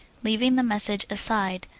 leaving the message aside,